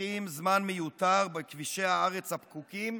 שחוסכים זמן מיותר בכבישי הארץ הפקוקים,